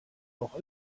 auch